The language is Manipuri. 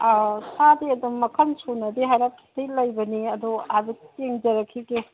ꯑꯥꯎ ꯁꯥꯗꯤ ꯑꯗꯨꯝ ꯃꯈꯜ ꯁꯨꯅꯗꯤ ꯍꯥꯏꯔꯞꯇꯤ ꯂꯩꯕꯅꯦ ꯑꯗꯣ ꯍꯥꯏꯔꯞ ꯌꯦꯡꯖꯔꯛꯈꯤꯒꯦ